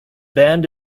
band